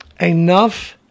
enough